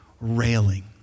railing